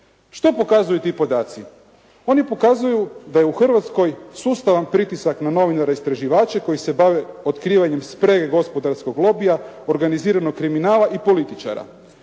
Što pokazuju ti podaci? Oni pokazuju da je u Hrvatskoj sustavan pritisak na novinare istraživače koji se bave otkrivanjem sprege gospodarskog lobija, organiziranog kriminala i političara.